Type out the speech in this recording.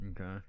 okay